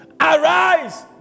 Arise